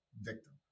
victim